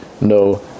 no